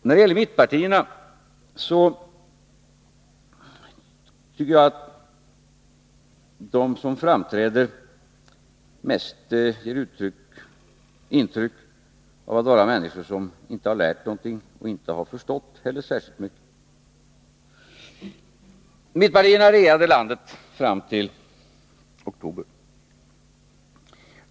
När det gäller mittpartierna tycker jag att de representanter som framträder mest ger intryck av att vara människor som inte lärt någonting och inte heller förstått särskilt mycket. Mittpartierna regerade landet fram till oktober.